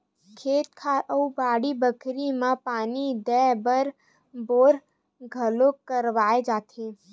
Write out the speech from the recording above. खेत खार अउ बाड़ी बखरी म पानी देय बर बोर घलोक करवाए जाथे